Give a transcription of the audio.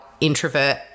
introvert